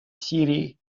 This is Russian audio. сирии